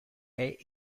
haies